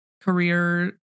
career